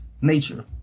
nature